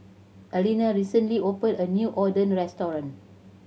Alina recently open a new Oden restaurant